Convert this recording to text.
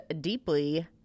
deeply